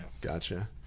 gotcha